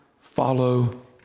follow